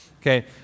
Okay